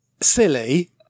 silly